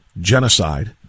genocide